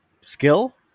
skill